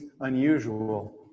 unusual